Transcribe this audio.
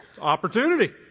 opportunity